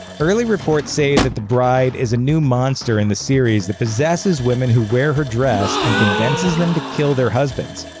early reports say that the bride is a new monster in the series that possesses women who wear her dress and convinces them to kill their husbands.